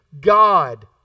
God